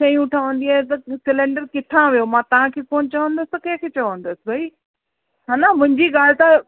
शयूं ठहंदी आहे त सलेंडर किथां वियो मां तव्हांखे कोन चवंदसि त कंहिं खे चवंदसि भई हेन मुंहिंजी ॻाल्हि तव्हां